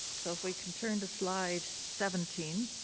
so if we can turn to slide seventeen.